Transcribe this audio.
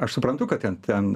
aš suprantu kad ten ten